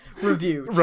review